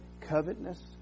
covetousness